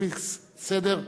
לפי סדר כניסתם.